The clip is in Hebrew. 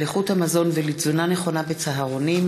על איכות המזון ולתזונה נכונה בצהרונים,